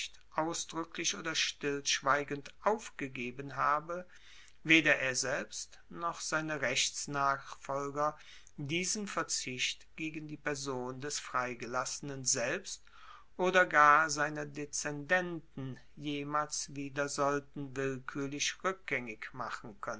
ausdruecklich oder stillschweigend aufgegeben habe weder er selbst noch seine rechtsnachfolger diesen verzicht gegen die person des freigelassenen selbst oder gar seiner deszendenten jemals wieder sollten willkuerlich rueckgaengig machen